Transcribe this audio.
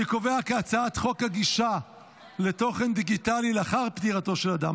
אני קובע כי הצעת חוק הגישה לתוכן דיגיטלי לאחר פטירתו של אדם,